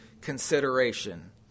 consideration